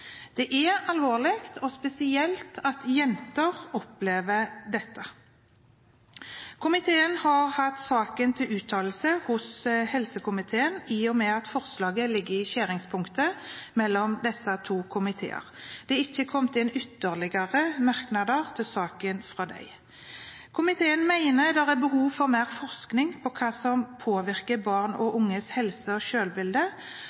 Det er alvorlig, spesielt at jenter opplever dette. Komiteen har forelagt saken til uttalelse i helse- og omsorgskomiteen, i og med at forslaget ligger i skjæringspunktet mellom disse to komiteene. Det er ikke kommet inn ytterligere merknader til saken fra dem. Komiteen mener det er behov for mer forskning på hva som påvirker barn og